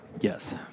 Yes